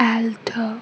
alter